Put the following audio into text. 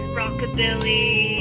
rockabilly